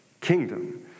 kingdom